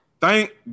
Thank